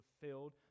fulfilled